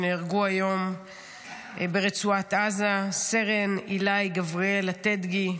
שנהרגו היום ברצועת עזה: סרן איליי גבריאל אטדגי,